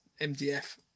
MDF